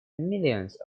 millions